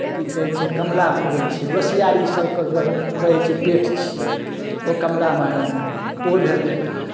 की कहै छै कमला पड़ै छै रसियारी सभके तरफ कहै छै पेट छियै ओ कमला महारानी ओ भेलै